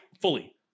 fully